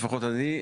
לפחות אני,